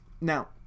Now